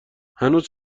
هنوز